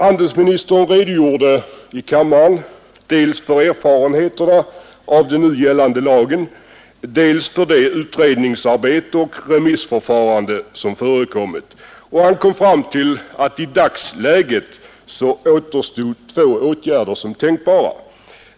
Handelsministern redogjorde i kammaren dels för erfarenheterna av den nu gällande lagen, dels för det utredningsarbete och remissförfarande som ägt rum, och han kom fram till att i dagsläget återstod två åtgärder som tänkbara.